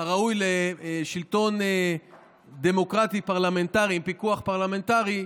הראוי לשלטון דמוקרטי פרלמנטרי עם פיקוח פרלמנטרי,